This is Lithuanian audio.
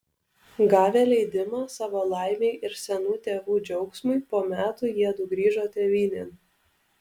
gavę leidimą savo laimei ir senų tėvų džiaugsmui po metų jiedu grįžo tėvynėn